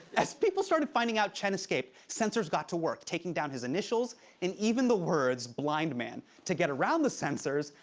as people started finding out chen escaped, censors got to work, taking down his initials and even the words blind man. to get around the censors,